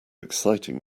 exciting